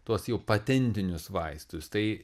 tuos jau patentinius vaistus tai